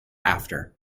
after